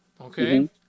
okay